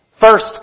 first